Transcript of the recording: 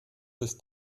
des